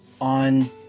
On